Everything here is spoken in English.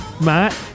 Matt